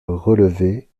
relever